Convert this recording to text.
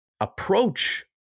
approach